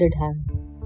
hands